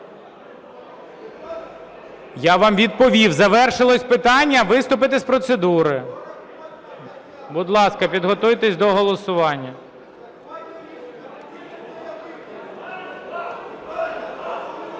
Я вам відповів: завершилося питання - виступите з процедури. Будь ласка, підготуйтесь до голосування.